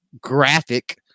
graphic